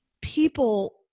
people